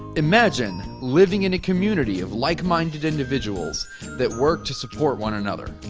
imagine living in a community of like-minded individuals that work to support one another.